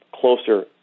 closer